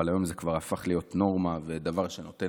אבל היום זה כבר הפך להיות נורמה ודבר שנותן,